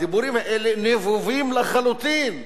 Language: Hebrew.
הדיבורים האלה נבובים לחלוטין.